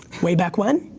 way back when?